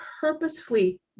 purposefully